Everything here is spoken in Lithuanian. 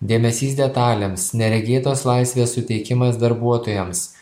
dėmesys detalėms neregėtos laisvės suteikimas darbuotojams